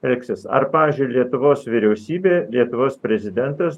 elgsis ar pavyzdžiui lietuvos vyriausybė lietuvos prezidentas